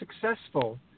successful